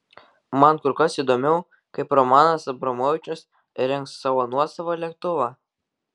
man kur kas įdomiau kaip romanas abramovičius įrengs savo nuosavą lėktuvą